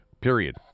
Period